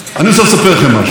אני רוצה לספר לכם משהו.